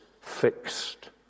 fixed